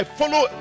follow